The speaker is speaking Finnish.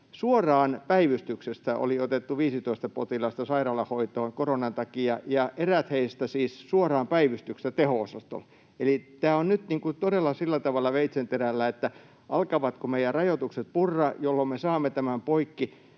Suoraan päivystyksestä oli otettu 15 potilasta sairaalahoitoon koronan takia ja eräät heistä siis suoraan päivystyksestä teho-osastolle. Eli on nyt todella sillä tavalla veitsenterällä, alkavatko meidän rajoitukset purra, jolloin me saamme tämän poikki.